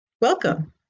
Welcome